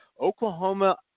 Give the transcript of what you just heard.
Oklahoma